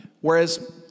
Whereas